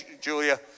Julia